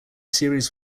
series